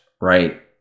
right